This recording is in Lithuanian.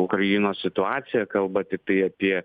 ukrainos situaciją kalba tiktai apie